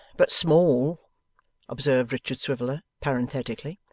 but small observed richard swiveller parenthetically.